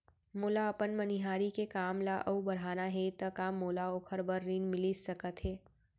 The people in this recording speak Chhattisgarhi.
मोला अपन मनिहारी के काम ला अऊ बढ़ाना हे त का मोला ओखर बर ऋण मिलिस सकत हे?